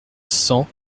cent